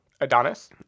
Adonis